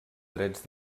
drets